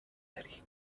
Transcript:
داری